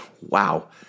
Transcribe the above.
wow